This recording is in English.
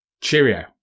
Cheerio